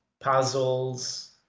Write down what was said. puzzles